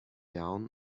down